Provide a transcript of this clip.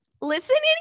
listening